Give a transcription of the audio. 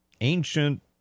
ancient